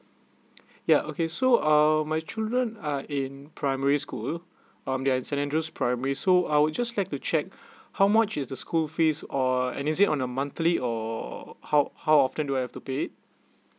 yeah okay so um my children are in primary school um they are in saint andrew's primary so I would just like to check how much is the school fees or is it on a monthly or how how often do I have to pay